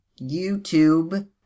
YouTube